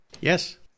Yes